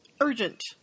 urgent